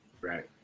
Right